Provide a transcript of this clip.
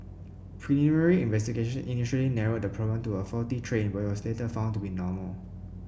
preliminary investigation initially narrowed the problem to a faulty train but it was later found to be normal